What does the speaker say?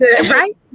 Right